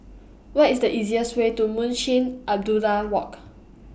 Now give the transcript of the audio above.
What IS The easiest Way to Munshi Abdullah Walk